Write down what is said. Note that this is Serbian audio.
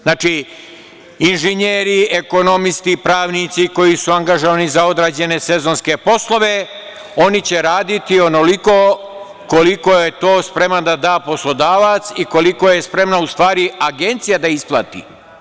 Znači, inženjeri, ekonomisti, pravnici koji su angažovani za odrađene sezonske poslove, oni će raditi onoliko koliko je to spreman da da poslodavac i koliko je spremna, u stvari, agencija da isplati.